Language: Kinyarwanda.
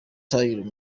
taylor